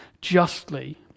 justly